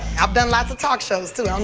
i've done lots of talk shows too.